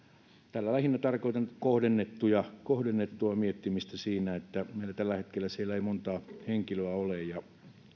tällä lähinnä tarkoitan kohdennettua kohdennettua miettimistä siinä että meillä ei tällä hetkellä siellä montaa henkilöä ole ja